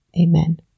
amen